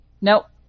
nope